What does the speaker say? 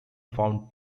found